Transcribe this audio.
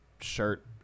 shirt